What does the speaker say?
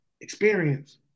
experience